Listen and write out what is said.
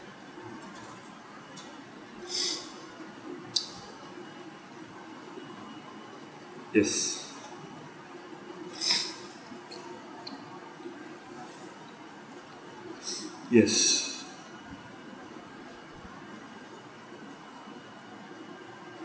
yes yes